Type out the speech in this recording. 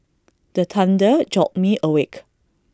the thunder jolt me awake